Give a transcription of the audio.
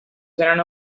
serán